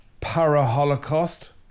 para-Holocaust